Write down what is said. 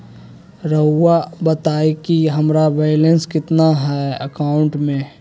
रहुआ बताएं कि हमारा बैलेंस कितना है अकाउंट में?